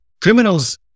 criminals